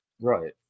Right